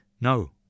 No